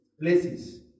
places